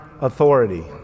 authority